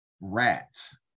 Rats